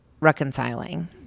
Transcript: reconciling